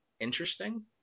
interesting